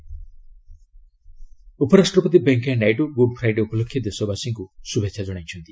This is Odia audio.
ଭିପି ଗୁଡ୍ ଫ୍ରାଇଡେ ଉପରାଷ୍ଟ୍ରପତି ଭେଙ୍କିୟା ନାଇଡୁ ଗୁଡ୍ ଫ୍ରାଇଡେ ଉପଲକ୍ଷେ ଦେଶବାସୀଙ୍କୁ ଶୁଭେଚ୍ଛା ଜଣାଇଛନ୍ତି